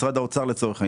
משרד האוצר לצורך העניין,